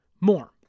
more